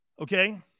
Okay